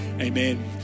Amen